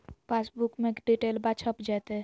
पासबुका में डिटेल्बा छप जयते?